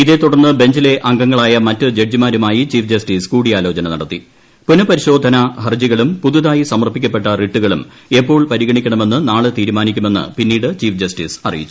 ഇതേ തുടർന്ന് ബെഞ്ചിലെ അംഗങ്ങളായ മറ്റ് ജഡ്ജിമാരുമായി ചീഫ് ജസ്റ്റിസ് കൂടിയാലോചന നടത്തി പുനപരിശോധനാ ഹർജികളും പുതുതായി സമർപ്പിക്കപ്പെട്ട റിട്ടുകളും എപ്പോൾ പരിഗണിക്കണമെന്ന് നാളെ തീരുമാനിക്കുമെന്ന് പിന്നീട് ചീഫ് ജസ്റ്റിസ് അറിയിച്ചു